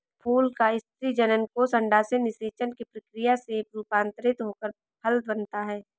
फूल का स्त्री जननकोष अंडाशय निषेचन की प्रक्रिया से रूपान्तरित होकर फल बनता है